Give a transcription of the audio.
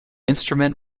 instrument